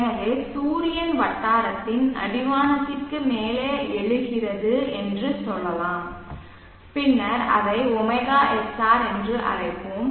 எனவே சூரியன் வட்டாரத்தின் அடிவானத்திற்கு மேலே எழுகிறது என்று சொல்லலாம் பின்னர் அதை ωsr என்று அழைக்கிறோம்